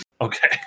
Okay